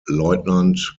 lieutenant